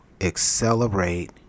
accelerate